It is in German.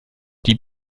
die